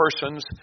persons